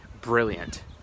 brilliant